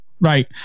Right